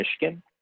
Michigan